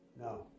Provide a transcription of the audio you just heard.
No